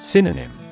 Synonym